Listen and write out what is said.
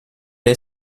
est